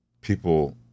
people